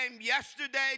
yesterday